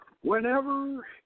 Whenever